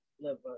liver